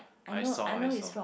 I saw I saw